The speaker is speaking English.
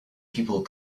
people